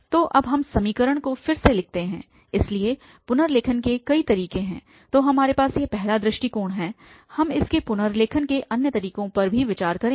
तो अब हम समीकरण को फिर से लिखते हैं इसलिए पुनर्लेखन के कई तरीके हैं तो हमारे पास यह पहला दृष्टिकोण है हम इसके पुनर्लेखन के अन्य तरीकों पर भी विचार करेंगे